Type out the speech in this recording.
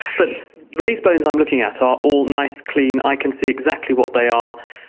but these bones i'm looking at are all nice, clean, i can see exactly what they are,